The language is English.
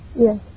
Yes